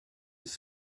his